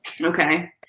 okay